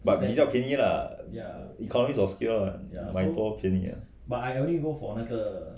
but 比价便宜啊 economies of scales ah 买多便宜啊